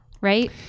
right